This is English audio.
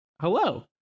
hello